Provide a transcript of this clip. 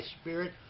spirit